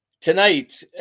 tonight